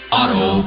Auto